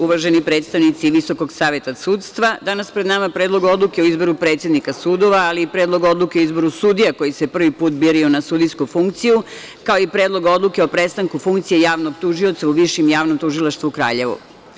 Uvaženi predstavnici Visokog saveta sudstva, danas je pred nama Predlog odluke o izboru predsednika sudova, ali i Predlog odluke o izboru sudija koji se prvi put biraju na sudijsku funkciju, kao i Predlog odluke o prestanku funkcije javnog tužioca u Višem javnom tužilaštvu u Kraljevu.